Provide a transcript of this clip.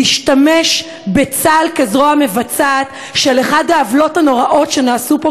להשתמש בצה"ל כזרוע המבצעת של אחת העוולות הנוראות שנעשו פה,